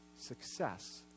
success